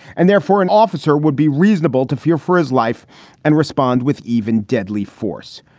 and therefore, an officer would be reasonable to fear for his life and respond with even deadly force.